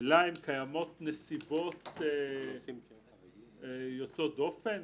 אלא אם קיימות נסיבות יוצאות דופן"?